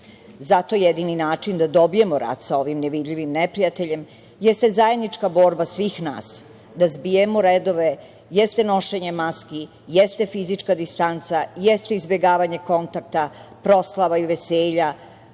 Zato je jedini način da dobijemo rat sa ovim nevidljivim neprijateljem zajednička borba svih nas da zbijemo redove, nošenje maski, fizička distanca, izbegavanje kontakta, proslava i veselja,